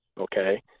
okay